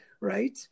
right